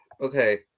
Okay